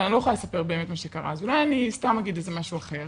אבל אני לא יכולה לספר באמת מה שקרה אז אולי אני סתם אגיד איזה משהו אחר